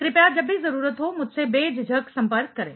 कृपया जब भी जरूरत हो मुझसे बेझिझक संपर्क करें